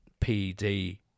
PD